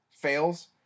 fails